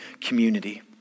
community